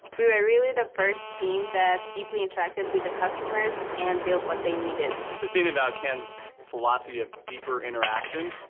we were really the first team that deeply interacted with the customers and built what they needed. the thing about ken's philosophy of deeper interaction,